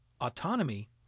Autonomy